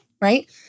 right